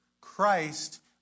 Christ